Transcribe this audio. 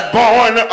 born